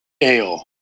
ale